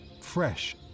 fresh